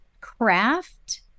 craft